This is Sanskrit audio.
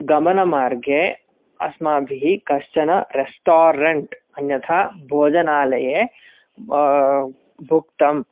गमनमार्गे अस्माभिः कश्चन् रेस्तारण्ट् अन्यथा भोजनालये भुक्तम्